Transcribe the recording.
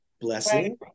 blessing